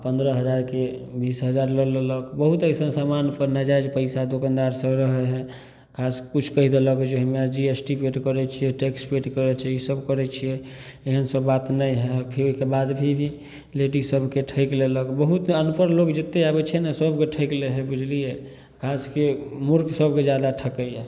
आ पंद्रह हजारके बीस हजार लऽ लेलक बहुत अइसन समान पर नाजायज पैसा दोकानदार सब रहै है खास किछु कैह देलक जे हमरा जी एस टी पेड करै छियै टैक्स पेड करै छियै ई सब करै छियै एहन सब बात नै हए फिर ओइके बाद भी लेडीज सबके ठैक लेलक बहुत अनपढ़ लोक जेतै आबै छै नऽ सबके ठैक लै है बुझलियै खास के मुर्ख सबके जादा ठकैया